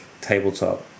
tabletop